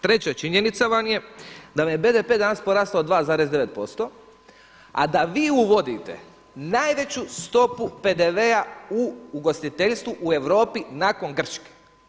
Treća činjenica vam je da vam je BDP danas porastao 2,9% a da vi uvodite najveću stopu PDV-a u ugostiteljstvu u Europi nakon Grčke.